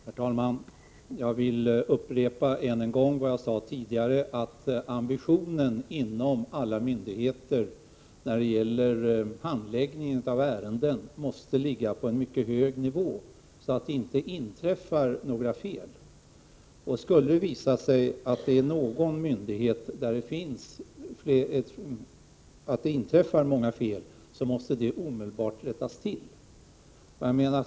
Herr talman! Jag vill upprepa vad jag sade tidigare, nämligen att ambitionen inom alla myndigheter när det gäller handläggning av ärenden måste ligga på en mycket hög nivå, så att det inte inträffar några fel. Skulle det visa sig att det inträffar många fel vid någon myndighet, måste förhållandet omedelbart rättas till.